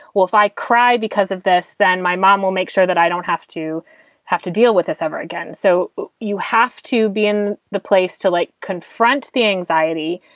well, if i cry because of this, then my mom will make sure that i don't have to have to deal with this ever again. so you have to be in the place to like confront the anxiety.